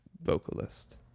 vocalist